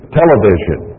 television